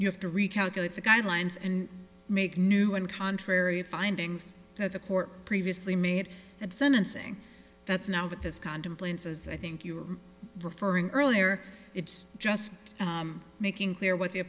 you have to recalculate the guidelines and make new and contrary findings that the court previously made at sentencing that's not what this contemplates as i think you were referring earlier it's just making clear what the